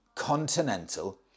continental